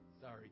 sorry